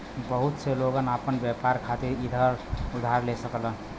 बहुत से लोग आपन व्यापार खातिर उधार ले सकलन